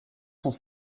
sont